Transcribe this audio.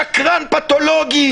שקרן פתולוגי,